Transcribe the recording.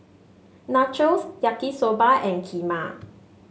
Nachos Yaki Soba and Kheema